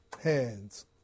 hands